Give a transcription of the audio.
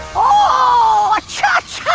oh, i